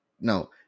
no